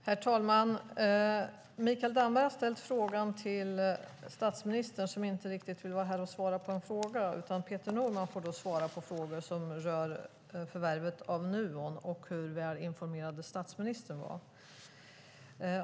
Herr talman! Mikael Damberg har ställt interpellationen till statsministern som inte vill vara här och svara på frågor. Peter Norman får i stället svara på frågor som rör förvärvet av Nuon och hur välinformerad statsministern var.